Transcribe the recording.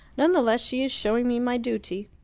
none the less she is showing me my duty.